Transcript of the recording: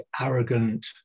arrogant